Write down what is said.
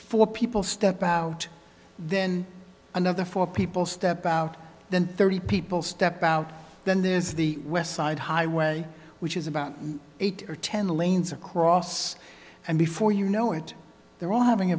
for people step out then another four people step out than thirty people step out then there is the west side highway which is about eight or ten lanes across and before you know it they're all having a